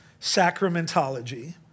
sacramentology